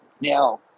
Now